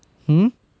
hmm